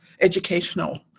educational